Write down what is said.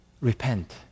repent